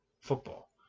football